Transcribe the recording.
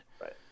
Right